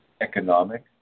economic